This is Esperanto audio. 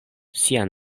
sian